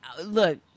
look